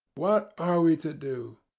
what are we to do?